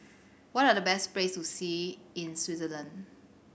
what are the best places to see in Swaziland